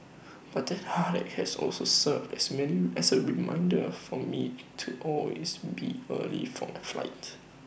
but that heartache has also served as many as A reminder for me to always be early for my flight